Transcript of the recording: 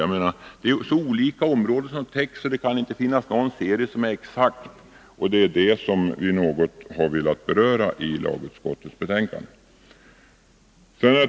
Det är så olika områden som täcks, så det kan inte finnas någon serie som är exakt. Det är bl.a. detta som vi har syftat på i lagutskottets betänkande.